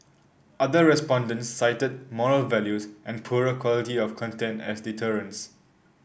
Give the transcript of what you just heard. other respondents cited moral values and poorer quality of content as deterrents